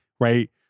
Right